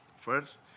First